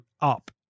up